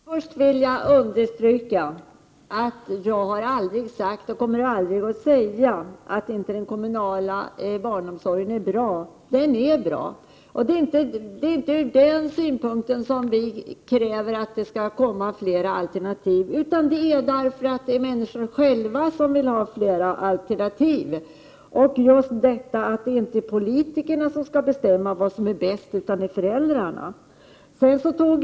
Herr talman! Först vill jag understryka att jag aldrig har sagt och aldrig kommer att säga att den kommunala barnomsorgen inte är bra. Den är bra. Det är inte från den synpunkten som vi kräver att det skall bli fler alternativ utan därför att människorna själva vill ha fler alternativ. Sedan är det just detta att det inte är politikerna som skall bestämma vad som är bäst utan föräldrarna.